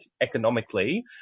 economically